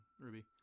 Ruby